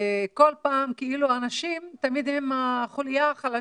כל פעם כאילו הנשים הן החוליה החלשה,